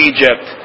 Egypt